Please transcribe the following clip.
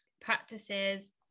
practices